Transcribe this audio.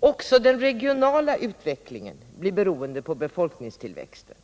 Också den regionala utvecklingen blir beroende på befolkningstillväxten.